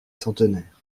centenaires